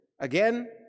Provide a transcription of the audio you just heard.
Again